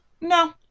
no